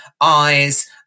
eyes